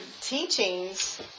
teachings